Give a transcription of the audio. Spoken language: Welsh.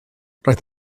roedd